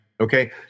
Okay